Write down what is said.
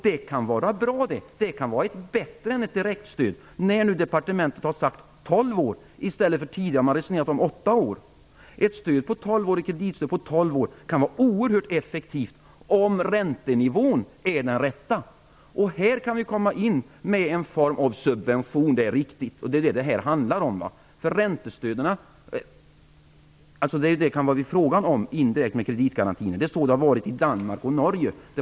Det kan vara bra. Det kan vara bättre än ett direktstöd, eftersom departementet nu har sagt att det skall gälla under tolv år i stället för, som man tidigare resonerat om, åtta år. Ett kreditstöd under tolv år kan vara oerhört effektivt om räntenivån är den rätta. Här kan vi komma in med en form av subvention; det är riktigt. Det är detta kreditgarantin indirekt handlar om. Det är så det har varit i Danmark och Norge.